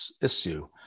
issue